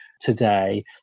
Today